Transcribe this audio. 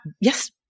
yes